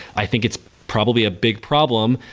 i think it's probably a big problem.